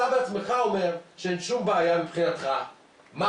אתה בעצמך אומר שאין שום בעיה מבחינתך ביחס